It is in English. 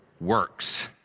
works